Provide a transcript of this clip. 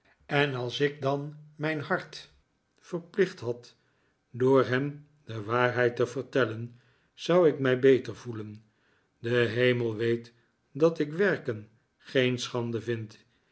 en als ik dan mijn hart verlicht had door hem de waarheid te vertellen zou ik mij beter voelen de hemel weet dat ik werken geen schande vind